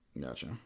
Gotcha